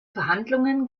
verhandlungen